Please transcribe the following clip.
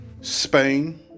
Spain